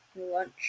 lunch